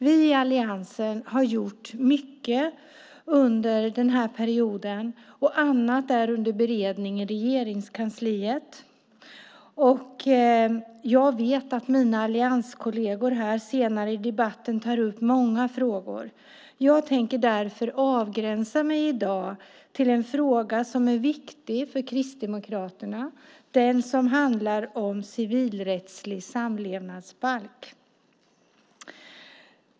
Vi i alliansen har gjort mycket under den här perioden, och annat är under beredning i Regeringskansliet. Jag vet att mina allianskolleger senare i debatten kommer att ta upp många frågor. Jag tänker därför i dag avgränsa mig till en fråga som är viktig för Kristdemokraterna, nämligen den som handlar om civilrättslig samlevnadsbalk.